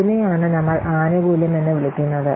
അതിനെയാണ് നമ്മൾ ആനുകൂല്യം എന്ന് വിളിക്കുന്നത്